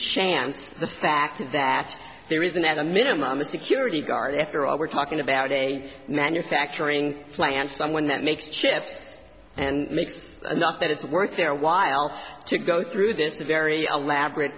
chance the fact that there isn't at a minimum a security guard after all we're talking about a manufacturing plant someone that makes chips and makes enough that it's worth their while to go through this very elaborate